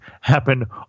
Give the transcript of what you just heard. happen